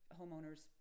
homeowners